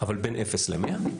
אבל בין אפס למאה,